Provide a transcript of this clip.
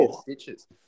stitches